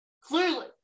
Clearly